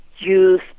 use